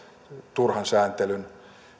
turhan sääntelyn